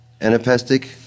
anapestic